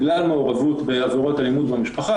בגלל מעורבות בעבירות האלימות במשפחה.